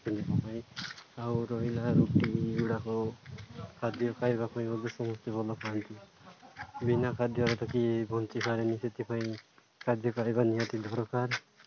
ପାଇଁ ଆଉ ରହିଲା ରୁଟି ଏଗୁଡ଼ାକ ଖାଦ୍ୟ ଖାଇବା ପାଇଁ ବି ସମସ୍ତେ ଭଲ ପାାଆନ୍ତି ବିନା ଖାଦ୍ୟରେ ତ କିଏ ବଞ୍ଚି ପାରେନି ସେଥିପାଇଁ ଖାଦ୍ୟ ଖାଇବା ନିହାତି ଦରକାର